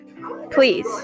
Please